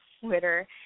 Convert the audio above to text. Twitter